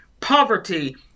poverty